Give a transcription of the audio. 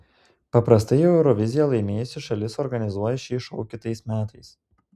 paprastai euroviziją laimėjusi šalis organizuoja šį šou kitais metais